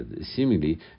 seemingly